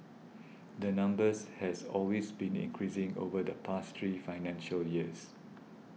the numbers has always been increasing over the past three financial years